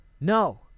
No